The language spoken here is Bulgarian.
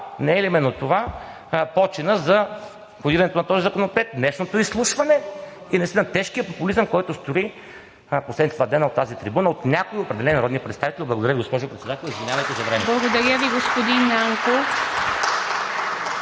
Не е ли именно това починът за входирането на този законопроект – днешното изслушване и наистина тежкия популизъм, който струи в последните два дена от тази трибуна от някои определени народни представители? Благодаря, госпожо Председател. Извинявайте за времето.